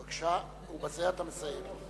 בבקשה, ובזה אתה מסיים.